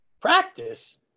Practice